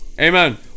Amen